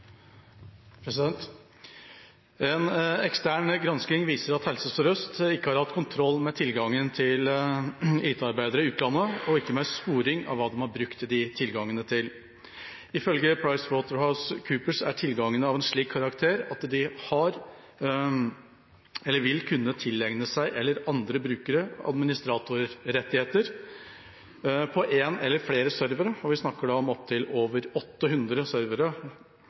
ikke med sporing av hva de har brukt tilgangene til. Ifølge PricewaterhouseCoopers er tilgangene av en slik karakter at de har eller vil kunne tilegne seg eller andre brukere administratorrettigheter på én eller flere servere.